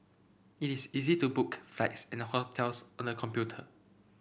it is easy to book flights and a hotels on the computer